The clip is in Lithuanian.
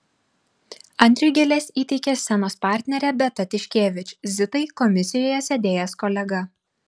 andriui gėles įteikė scenos partnerė beata tiškevič zitai komisijoje sėdėjęs kolega